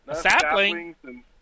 sapling